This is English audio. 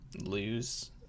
lose